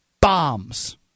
bombs